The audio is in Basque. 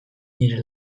nire